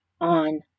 on